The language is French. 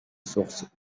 source